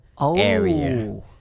area